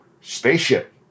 spaceship